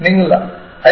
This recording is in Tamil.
நீங்கள் ஐ